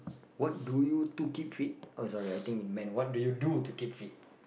what do you to keep fit oh sorry I think it meant what do you do to keep fit